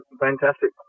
Fantastic